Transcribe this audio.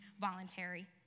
voluntary